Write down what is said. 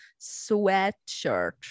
sweatshirt